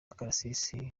akarasisi